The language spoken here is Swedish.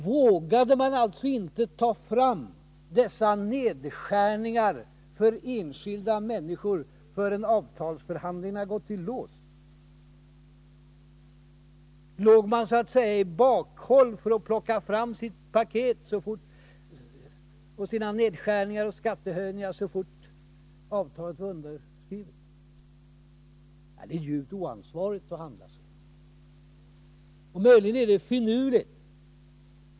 Vågade man inte ta fram dessa nedskärningar för enskilda människor förrän avtalsförhandlingarna gått i lås? Låg man så att säga i bakhåll för att plocka fram sitt paket med nedskärningar och skattehöjningar så fort avtalet var underskrivet? Det är djupt oansvarigt att handla så. Möjligen är det finurligt.